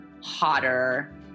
hotter